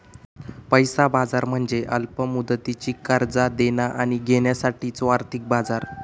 पैसा बाजार म्हणजे अल्प मुदतीची कर्जा देणा आणि घेण्यासाठीचो आर्थिक बाजार